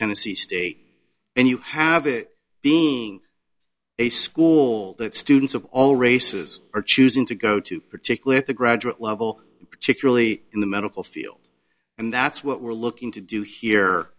tennessee state and you have it being a school that students of all races are choosing to go to particularly at the graduate level particularly in the medical field and that's what we're looking to do here